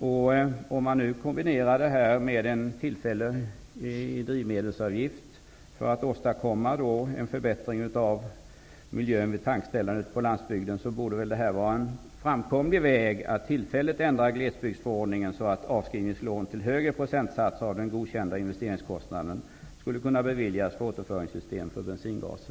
Om man kombinerar detta med en tillfällig drivmedelsavgift för att åstadkomma en förbättring av miljön vid tankställen ute på landsbygden, borde det vara en framkomlig väg att tillfälligt ändra glesbygdsförordningen så, att avskrivningslån till högre procentsatser av den godkända investeringskostnaden skulle kunna beviljas för återföringssystem för bensingaser.